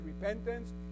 repentance